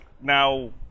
Now